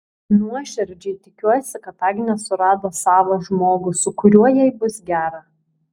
nuoširdžiai tikiuosi kad agnė surado savą žmogų su kuriuo jai bus gera